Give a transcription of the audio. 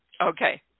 Okay